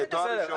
בסדר,